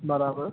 બરાબર